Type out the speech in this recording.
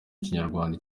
ikinyarwanda